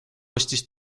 ostis